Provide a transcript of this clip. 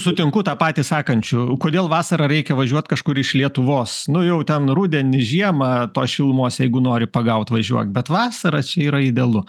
sutinku tą patį sakančiu kodėl vasarą reikia važiuot kažkur iš lietuvos nu jau ten rudenį žiemą tos šilumos jeigu nori pagaut važiuok bet vasarą čia yra idealu